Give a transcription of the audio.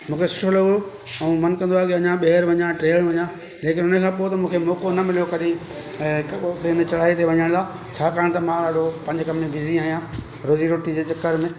मूंखे सुठो लॻो ऐं मनु कंदो आहे कि अञा ॿेअर वञा ट्रेअ वञा लेकिन उन खां पोइ त मूंखे मौको कोन मिलियो वरी ऐं चढ़ाई ते वञण लाइ छाकाणि त मां हेॾो पंहिंजे कम में बिज़ी आहियां रोज़ी रोटी जे चकर में